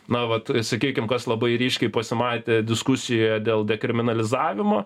na vat sakykim kas labai ryškiai pasimatė diskusijoje dėl dekriminalizavimo